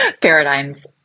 paradigms